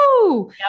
woo